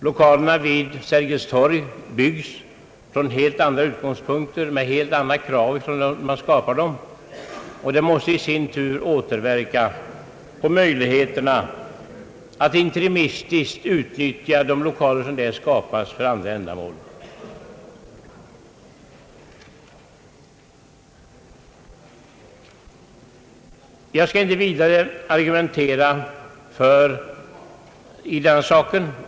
Lokalerna vid Sergels torg byggs från helt andra utgångspunkter och med helt andra krav, vilket i sin tur måste återverka på möjligheterna att interimistiskt utnyttja dem för riksdagens arbete. Jag skall inte argumentera ytterligare i denna sak.